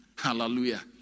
Hallelujah